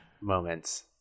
moments